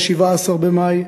17 במאי,